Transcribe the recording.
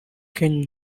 kenny